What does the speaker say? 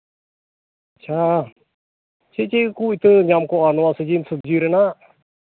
ᱟᱪᱪᱷᱟ ᱪᱮᱫ ᱪᱮᱫ ᱠᱚ ᱤᱛᱟᱹ ᱧᱟᱢ ᱠᱚᱜᱼᱟ ᱱᱚᱣᱟ ᱥᱤᱡᱤᱱ ᱥᱚᱵᱽᱡᱤ ᱨᱮᱭᱟᱜ